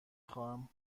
خواهم